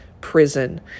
prison